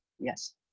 yes